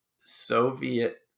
Soviet